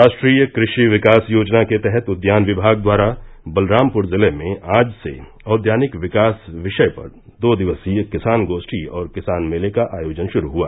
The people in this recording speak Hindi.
राष्ट्रीय कृषि विकास योजना के तहत उद्यान विभाग द्वारा बलरामपुर जिले में आज से औद्यानिक विकास विषय पर दो दिवसीय किसान गोप्ठी और किसान मेले का आयोजन शुरू हुआ